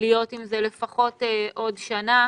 להיות עם זה לפחות עוד שנה,